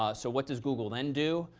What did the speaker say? ah so what does google then do?